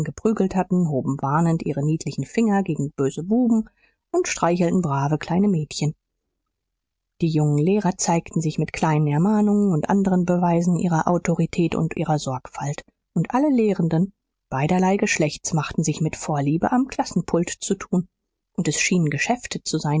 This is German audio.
geprügelt hatten hoben warnend ihre niedlichen finger gegen böse buben und streichelten brave kleine mädchen die jungen lehrer zeigten sich mit kleinen ermahnungen und anderen beweisen ihrer autorität und ihrer sorgfalt und alle lehrenden beiderlei geschlechts machten sich mit vorliebe am klassenpult zu tun und es schienen geschäfte zu sein